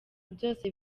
byose